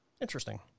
Interesting